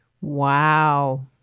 Wow